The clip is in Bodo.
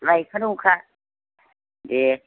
लायखानांगौखा देह